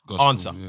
answer